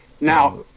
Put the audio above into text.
Now